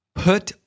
put